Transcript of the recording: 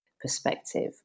perspective